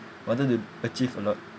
wanted to achieve a lot